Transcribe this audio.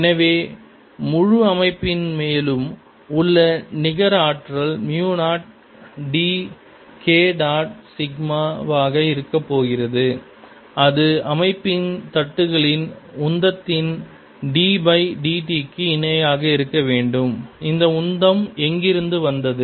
எனவே முழு அமைப்பின் மேலும் உள்ள நிகர் ஆற்றல் mu 0 d K dot sigma வாக இருக்கப்போகிறது இது அமைப்பின் தட்டுகளின் உந்தத்தின் d பை d t க்கு இணையாக இருக்க வேண்டும் இந்த உந்தம் எங்கிருந்து வந்தது